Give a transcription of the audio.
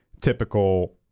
typical